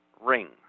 ring